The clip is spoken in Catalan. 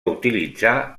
utilitzar